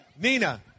Nina